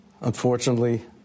Unfortunately